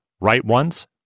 write-once